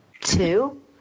Two